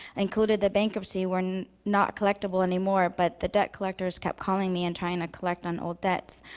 including the bankruptcy, were not collectable anymore, but the debt collectors kept calling me and trying to collect on old debts.